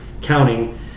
counting